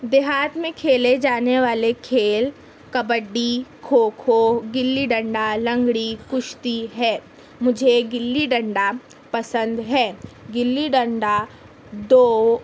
دیہات میں کھیلے جانے والے کھیل کبڈی کھوکھو گلی ڈنڈا لنگڑی کشتی ہے مجھے گلی ڈنڈا پسند ہے گلی ڈنڈا دو